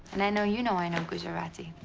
and i know you know i know gujarati.